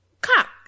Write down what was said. Cock